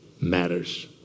matters